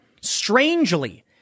strangely